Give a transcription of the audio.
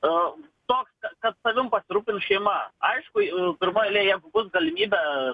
a toks kad savim pasirūpins šeima aišku pirmoj eilėj jeigu bus galimybė